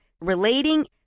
relating